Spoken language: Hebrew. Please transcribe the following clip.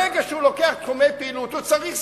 ברגע שהוא לוקח תחומי פעילות הוא צריך